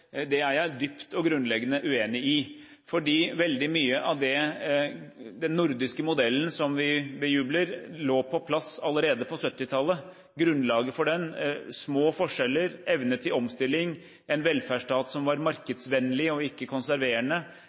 jeg dypt og grunnleggende uenig i, for veldig mye av den nordiske modellen, som vi bejubler, lå på plass allerede på 1970-tallet. Grunnlaget for den er små forskjeller, evne til omstilling, en velferdsstat som var markedsvennlig og ikke konserverende,